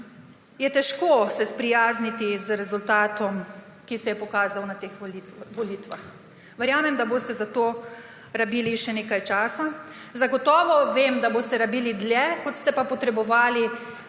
je težko sprijazniti z rezultatom, ki se je pokazal na teh volitvah. Verjamem, da boste za to rabili še nekaj časa. Zagotovo vem, da boste rabili dlje, kot ste pa potrebovali